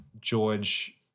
George